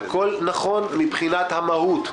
הכול נכון מבחינת המהות.